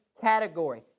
category